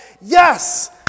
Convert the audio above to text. Yes